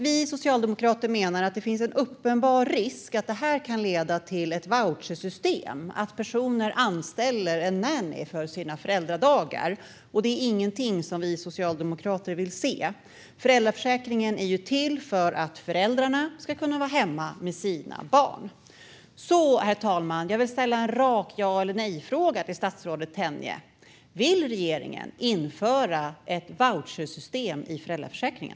Vi socialdemokrater menar att det finns en uppenbar risk för att detta kan leda till ett vouchersystem där personer anställer en nanny för sina föräldradagar. Detta är inte något som vi i Socialdemokraterna vill se. Föräldraförsäkringen är till för att föräldrarna ska kunna vara hemma med sina barn. Jag vill ställa en rak ja-eller-nej-fråga till statsrådet Tenje: Vill regeringen införa ett vouchersystem i föräldraförsäkringen?